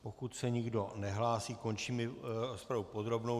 Pokud se nikdo nehlásí, končím i rozpravu podrobnou.